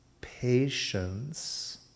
patience